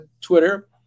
Twitter